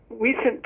recent